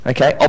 Okay